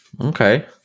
Okay